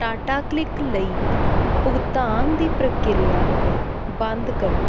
Tata click ਲਈ ਭੁਗਤਾਨ ਦੀ ਪ੍ਰਕਿਰਿਆ ਬੰਦ ਕਰੋ